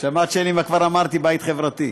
שמעת שאני כבר אמרתי "הבית החברתי",